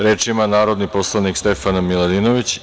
Reč ima narodni poslanik Stefana Miladinović.